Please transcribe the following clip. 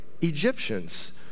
Egyptians